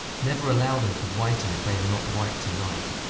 never allow them to whiten if they are not white to-night.